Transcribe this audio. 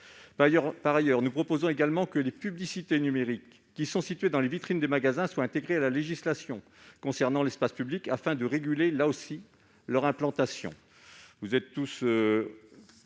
Par ailleurs, nous proposons que les publicités numériques situées dans les vitrines des magasins soient intégrées à la législation concernant l'espace public, afin de réguler leur implantation.